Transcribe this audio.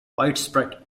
widespread